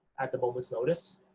at the moment's notice.